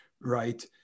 right